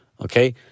Okay